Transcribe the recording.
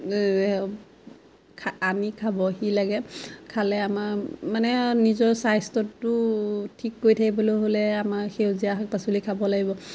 আনি খাবহি লাগে খালে আমাৰ মানে নিজৰ স্বাস্থ্যটো ঠিক কৰি থাকিবলৈ হ'লে আমাৰ সেউজীয়া শাক পাচলি খাব লাগিব